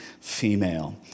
female